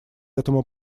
этому